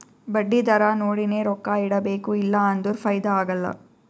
ಬಡ್ಡಿ ದರಾ ನೋಡಿನೆ ರೊಕ್ಕಾ ಇಡಬೇಕು ಇಲ್ಲಾ ಅಂದುರ್ ಫೈದಾ ಆಗಲ್ಲ